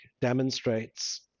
demonstrates